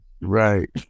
Right